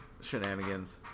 shenanigans